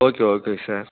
okay okay sir